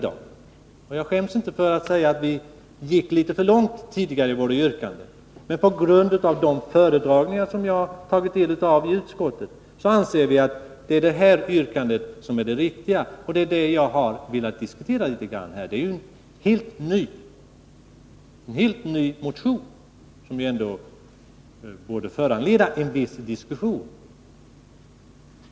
Jag skäms inte för att säga att vi gick litet för långt tidigare i våra yrkanden, men på grund av föredragningarna i utskottet anser vi att det är motionens yrkande som är det riktiga. Det är detta jag har velat diskutera med utskottet. Det är ett helt nytt motionsyrkande, som ändå borde föranleda en viss diskussion.